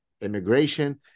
immigration